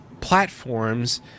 platforms